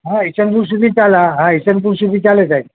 હા ઇસનપુર સુધી ચાલે ઇસનપુર સુધી ચાલે સાહેબ